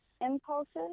impulses